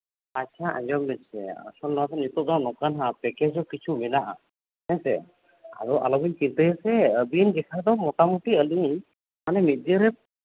ᱟᱪᱪᱷᱟ ᱟᱸᱡᱚᱢ ᱢᱮᱥᱮ ᱟᱥᱚᱞ ᱱᱚᱣᱟ ᱫᱚ ᱱᱤᱛᱚᱜ ᱫᱚ ᱱᱚᱝᱠᱟ ᱱᱟᱦᱟᱜ ᱯᱮᱠᱮᱡᱽ ᱦᱚᱸ ᱠᱤᱪᱷᱩ ᱢᱮᱱᱟᱜᱼᱟ ᱦᱮᱸ ᱥᱮ ᱟᱫᱚ ᱟᱞᱚ ᱵᱤᱱ ᱪᱤᱱᱛᱟᱹᱭᱟᱥᱮ ᱟᱹᱵᱤᱱ ᱡᱟᱦᱟᱸ ᱫᱚ ᱢᱳᱴᱟᱢᱩᱴᱤ ᱟᱹᱞᱤᱧ ᱢᱤᱫ ᱫᱤᱱ ᱨᱮ